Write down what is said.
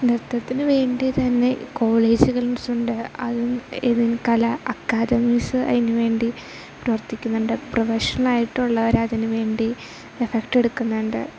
നൃത്തത്തിന് വേണ്ടി തന്നെ കോളേജുകൾസ് ഉണ്ട് അതും കലാ അക്കാദമീസ് അതിന് വേണ്ടി പ്രവർത്തിക്കുന്നുണ്ട് പ്രൊഫഷണലായിട്ടുള്ളവർ അതിന് വേണ്ടി എഫക്റ്റ് എടുക്കുന്നുണ്ട്